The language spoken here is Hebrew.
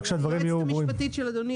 היועצת המשפטית של אדוני,